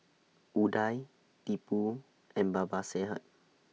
Udai Tipu and Babasaheb